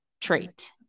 trait